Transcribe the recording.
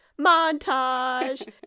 montage